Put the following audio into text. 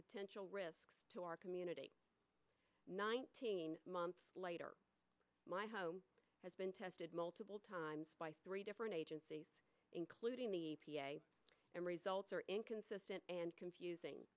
potential risks to our community nineteen months later my home has been tested multiple times by three different agencies including the results are inconsistent and confusing